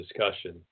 discussion